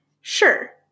sure